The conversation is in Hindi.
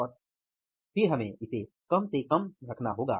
और हमें इसे कम से कम रखना होगा